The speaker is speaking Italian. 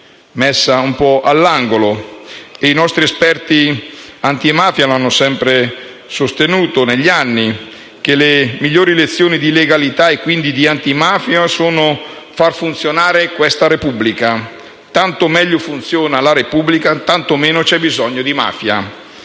negli anni, inoltre, i nostri esperti antimafia hanno sempre sostenuto che la migliore lezione di legalità e quindi di antimafia è far funzionare questa Repubblica: tanto meglio funziona la Repubblica, quanto meno c'è bisogno di mafia.